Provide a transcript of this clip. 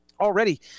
already